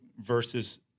versus